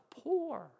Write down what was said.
poor